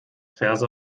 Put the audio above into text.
verse